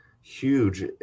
huge